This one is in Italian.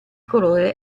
colore